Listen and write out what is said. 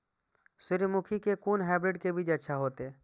सूर्यमुखी के कोन हाइब्रिड के बीज अच्छा होते?